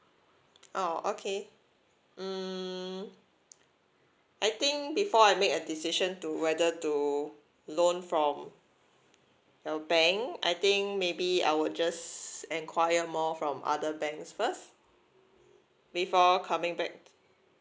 oh okay mm I think before I make a decision to whether to loan from your bank I think maybe I would just inquire more from other banks first before coming back